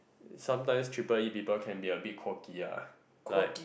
sometimes triple E people can be a bit quirky ah like